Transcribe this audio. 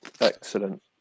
Excellent